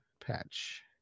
patch